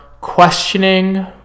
questioning